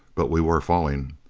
but we were falling.